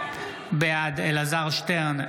בעד אלעזר שטרן,